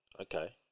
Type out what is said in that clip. Okay